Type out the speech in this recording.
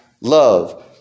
love